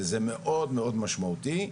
וזה מאוד מאוד משמעותי.